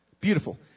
Beautiful